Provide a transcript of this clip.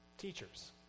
teachers